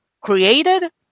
created